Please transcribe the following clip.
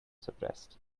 suppressed